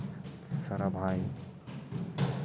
ᱥᱟᱨᱟ ᱵᱷᱟᱭ